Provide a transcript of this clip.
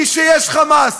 כי כשיש "חמאס",